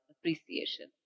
appreciation